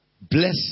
bless